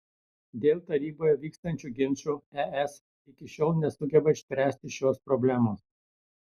dėl taryboje vykstančių ginčų es iki šiol nesugeba išspręsti šios problemos